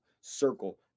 circle